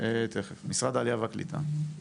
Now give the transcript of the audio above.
משרד העלייה והקליטה.